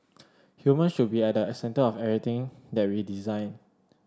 humans should be at a centre of everything that we design